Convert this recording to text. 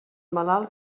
malalt